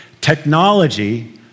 Technology